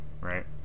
right